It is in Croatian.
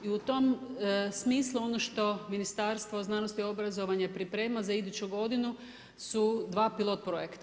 I u tom smislu ono što Ministarstvo znanosti i obrazovanja priprema za iduću godinu su dva pilot projekta.